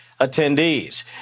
attendees